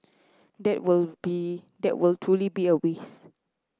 that will be that will truly be a waste